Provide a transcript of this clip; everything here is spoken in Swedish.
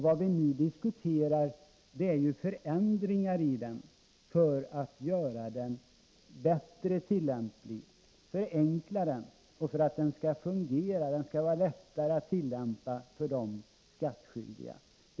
Vad vi nu diskuterar är förändringar i lagen för att göra den lättare att tillämpa för de skattskyldiga.